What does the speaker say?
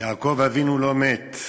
יעקב אבינו לא מת.